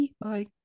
Bye